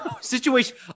Situation